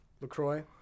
Lacroix